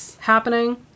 happening